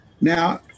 Now